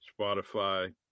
Spotify